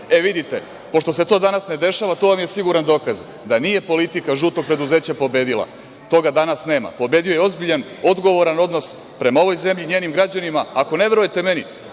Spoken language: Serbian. to. Vidite, pošto se to danas ne dešava, to vam je siguran dokaz da nije politika žutog preduzeća pobedila. Toga danas nema. Pobedio je ozbiljan, odgovoran odnos prema ovoj zemlji i njenim građanima. Ako ne verujete meni,